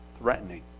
threatening